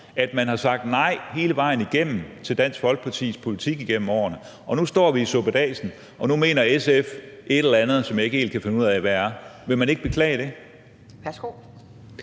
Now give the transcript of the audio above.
at man har sagt nej hele vejen igennem til Dansk Folkepartis politik igennem årene, og nu står vi i suppedasen, og nu mener SF et eller andet, som jeg ikke helt kan finde ud af hvad er. Vil man ikke beklage det?